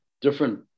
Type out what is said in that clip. different